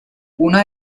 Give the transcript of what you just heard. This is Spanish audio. una